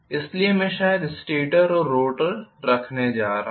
इसलिए मैं शायद स्टेटर और रोटर रखने जा रहा हूं